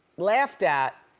laughed at